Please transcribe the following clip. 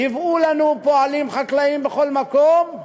ייבאו לנו פועלים חקלאיים בכל מקום,